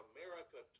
America